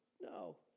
no